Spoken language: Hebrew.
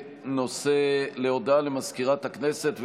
להודעה למזכירת הכנסת,